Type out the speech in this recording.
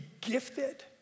gifted